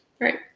right